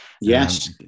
Yes